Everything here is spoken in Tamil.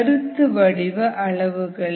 கருத்து வடிவ அளவுகளே